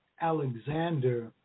Alexander